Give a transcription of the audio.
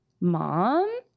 mom